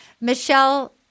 Michelle